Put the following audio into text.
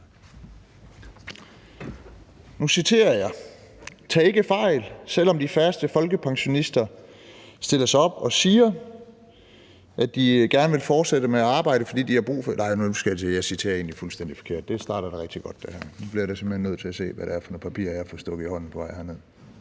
Nu citerer jeg: Tag ikke fejl, selv om de færreste folkepensionister stiller sig op og siger, at de gerne vil fortsætte med at arbejde, fordi de har ... Jeg citerer fuldstændig forkert. Det her starter rigtig godt. Jeg bliver nødt til at se, hvad det er for nogle papirer, jeg har fået stukket i hånden på vej herned.